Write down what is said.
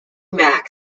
mack